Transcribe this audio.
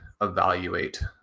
evaluate